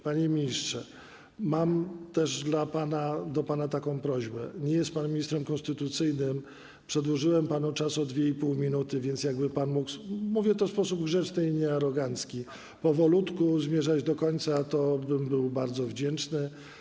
Panie ministrze, mam też do pana taką prośbę: nie jest pan ministrem konstytucyjnym, a przedłużyłem panu czas o 2,5 minuty, więc jakby pan mógł - mówię to w sposób grzeczny i niearogancki - powolutku zmierzać do końca, to byłbym bardzo wdzięczny.